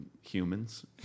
humans